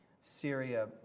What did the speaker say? Syria